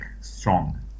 strong